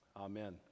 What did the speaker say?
Amen